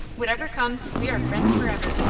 whatever comes, we are friends forever.